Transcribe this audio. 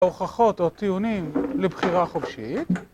הוכחות או טיעונים לבחירה חופשית.